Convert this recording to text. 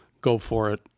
go-for-it